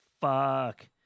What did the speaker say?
fuck